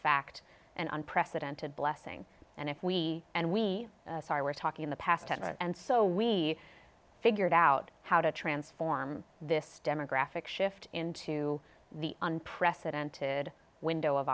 fact an unprecedented blessing and if we and we were talking in the past ten or and so we figured out how to transform this demographic shift into the unprecedented window of